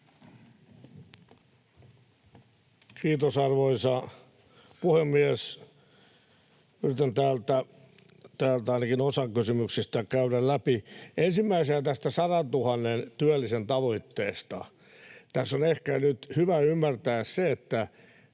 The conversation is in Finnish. Kiitos, arvoisa puhemies! Yritän täältä ainakin osan kysymyksistä käydä läpi. Ensimmäisenä tästä 100 000 työllisen tavoitteesta: Tässä on ehkä nyt hyvä ymmärtää se, että